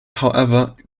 however